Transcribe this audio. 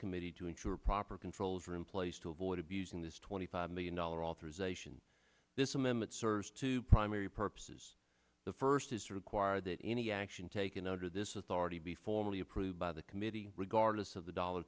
committee to ensure proper controls are in place to avoid abusing this twenty five million dollar authorization this amendment serves two primary purposes the first is to require that any action taken under this authority be formally approved by the committee regardless of the dollar